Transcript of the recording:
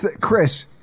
Chris